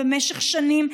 במשך שנים,